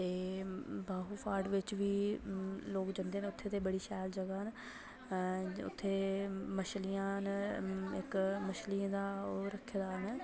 ते बाहू फोर्ट बिच बी लोक जंदे न उत्थै ते बड़ी शैल जगह् न आं उत्थै मछलियां न इक मछलियें दा ओह् रक्खे दा